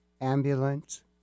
ambulance